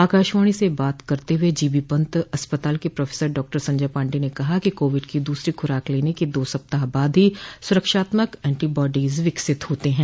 आकाशवाणी से बात करते हुए जी बी पंत अस्पताल के प्रोफेसर डॉक्टर संजय पांडे ने कहा कि कोविड की दूसरी खूराक लेने के दो सप्ताह बाद ही सुरक्षात्मक एंटीबॉडीज विकसित होते हैं